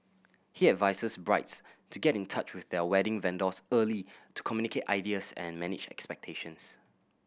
he advises brides to get in touch with their wedding vendors early to communicate ideas and manage expectations